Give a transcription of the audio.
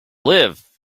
live